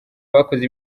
bakoze